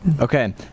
Okay